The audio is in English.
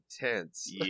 intense